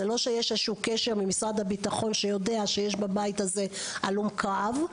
זה לא שיש איזה קשר ממשרד הביטחון שיודע שיש בבית הזה הלום קרב.